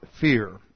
fear